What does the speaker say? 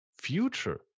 future